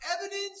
evidence